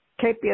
KPS